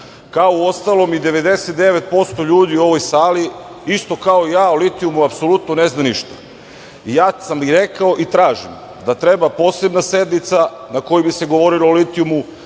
kao uostalom i 99% ljudi u ovoj sali isto kao i ja o litijumu apsolutno ne znaju ništa. Ja sam i rekao i tražim da treba posebna sednica na kojoj bi se govorilo o litijumu,